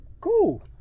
cool